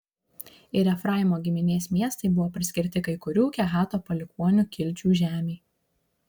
ir efraimo giminės miestai buvo priskirti kai kurių kehato palikuonių kilčių žemei